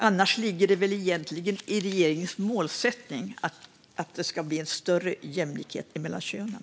Annars är det väl egentligen regeringens målsättning att åstadkomma större jämlikhet mellan könen?